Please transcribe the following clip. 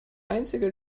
einzige